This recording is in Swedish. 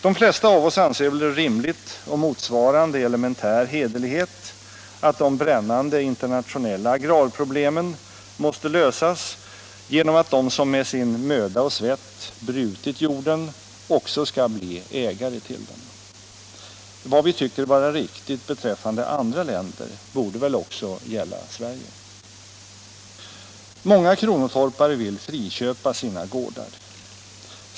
De flesta av oss anser det väl rimligt och motsvarande elementär hederlighet att de brännande internationella agrarproblemen måste lösas genom att de som med sin möda och svett brutit jorden också skall bli ägare till den. Vad vi tycker vara riktigt beträffande andra länder borde väl också gälla Sverige? Många kronotorpare vill friköpa sina gårdar.